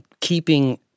keeping